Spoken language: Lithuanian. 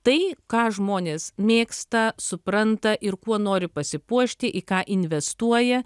tai ką žmonės mėgsta supranta ir kuo nori pasipuošti į ką investuoja